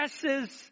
presses